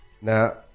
now